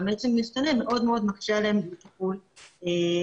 והמצ'ינג --- מאוד מאוד מקשה עליהן בטיפול בפסולת.